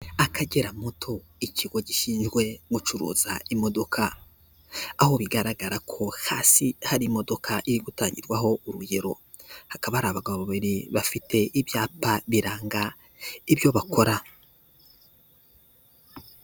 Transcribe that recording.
Akagera muto ikigo gishinzwe gucuruza imodoka aho bigaragara ko hasi hari imodoka iri gutangirwaho urugero, hakaba ari abagabo babiri bafite ibyapa biranga ibyo bakora.